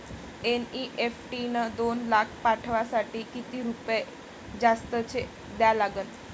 NEFT न दोन लाख पाठवासाठी किती रुपये जास्तचे द्या लागन?